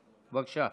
בבקשה.